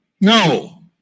No